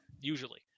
Usually